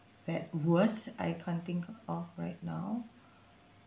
that worst I can't think of right now